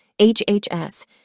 HHS